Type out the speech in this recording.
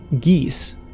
geese